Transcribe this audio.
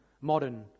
modern